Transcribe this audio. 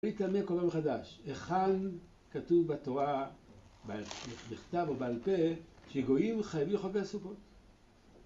להתאמן כל יום מחדש, איך כאן כתוב בתורה, בכתב או בעל פה, שגויים חייבים לכבה שריפות